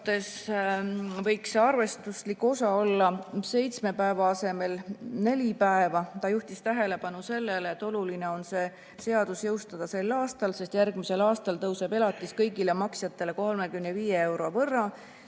et see arvestuslik osa võiks olla seitsme päeva asemel neli päeva. Ta juhtis tähelepanu sellele, et oluline on see seadus jõustada sel aastal, sest järgmisel aastal tõuseb elatis kõigile maksjatele 35 euro võrra